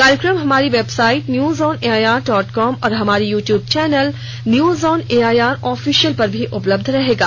कार्यक्रम हमारी website news on AIR dot com और हमारे YouTube channel news on AIR official पर भी उपलब्ध रहेगा